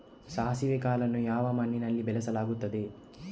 ಸಾಸಿವೆ ಕಾಳನ್ನು ಯಾವ ಮಣ್ಣಿನಲ್ಲಿ ಬೆಳೆಸಲಾಗುತ್ತದೆ?